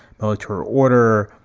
military order,